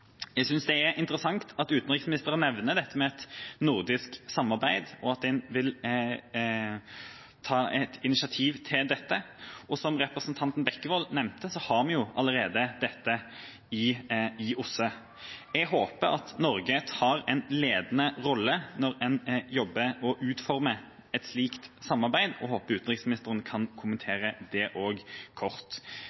Jeg synes det er interessant at utenriksministeren nevnte dette med et nordisk samarbeid og at en vil ta et initiativ til dette. Og som representanten Bekkevold nevnte, har vi allerede dette i OSSE. Jeg håper at Norge tar en ledende rolle når en jobber og utformer et slikt samarbeid, og jeg håper at utenriksministeren kort kan kommentere det